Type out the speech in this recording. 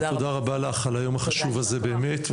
תודה רבה לך על היום החשוב הזה באמת,